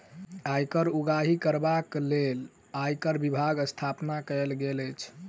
आयकर उगाही करबाक लेल आयकर विभागक स्थापना कयल गेल अछि